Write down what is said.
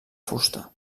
fusta